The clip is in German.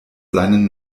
seinen